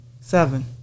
Seven